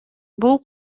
бул